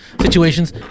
situations